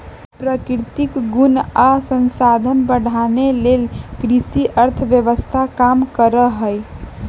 प्राकृतिक गुण आ संसाधन बढ़ाने लेल कृषि अर्थव्यवस्था काम करहइ